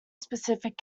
specific